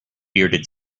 bearded